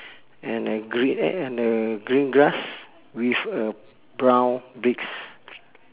and a green and and a green grass with uh brown bricks